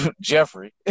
Jeffrey